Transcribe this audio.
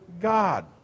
God